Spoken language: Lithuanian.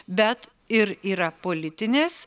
bet ir yra politinės